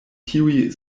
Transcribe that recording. tiuj